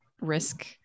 risk